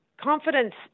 confidence